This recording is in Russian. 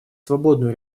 свободную